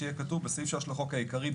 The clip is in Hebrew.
שיהיה כתוב: בסעיף 3 לחוק העיקרי,